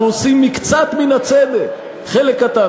אנחנו עושים מקצת מן הצדק, חלק קטן.